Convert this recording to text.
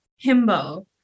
Himbo